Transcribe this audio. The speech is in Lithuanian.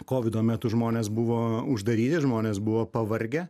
kovido metu žmonės buvo uždaryti žmonės buvo pavargę